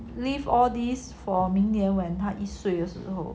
leave all these for 明年 when 他一岁的时候